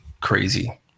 crazy